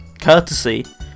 courtesy